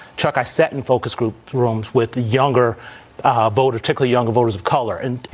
chuck, i set and focus group thrums with the younger voter, tickly younger voters of color. and, you